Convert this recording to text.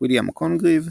ויליאם קונגריב,